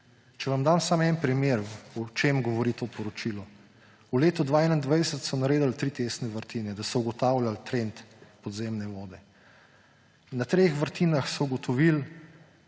Če vam dam samo en primer, o čem govori to poročilo, v letu 2021 so naredili tri testne vrtine, da so ugotavljali trend podzemne vode. Na treh vrtinah so ugotovili